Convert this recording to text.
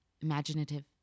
imaginative